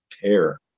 care